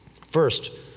First